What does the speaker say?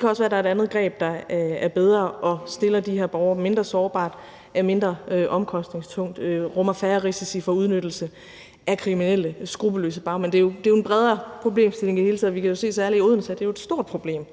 kan også være, at der er et andet greb, der er bedre og stiller de her borgere mindre sårbart, er mindre omkostningstungt og rummer færre risici for udnyttelse fra kriminelle, skruppelløse bagmænd. Det er jo en bredere problemstilling i det hele taget. Vi kan se, at særlig i Odense er det et stort problem,